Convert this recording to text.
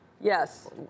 Yes